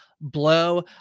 blow